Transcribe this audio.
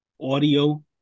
audio